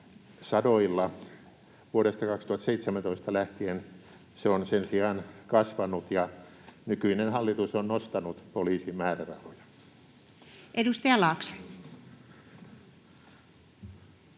sadoilla. Vuodesta 2017 lähtien se on sen sijaan kasvanut, ja nykyinen hallitus on nostanut poliisin määrärahoja. Edustaja Laakso.